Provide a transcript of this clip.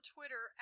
Twitter